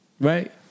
Right